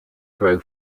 grow